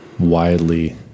widely